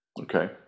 Okay